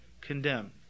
condemn